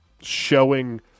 showing